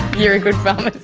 you're a good pharmacist!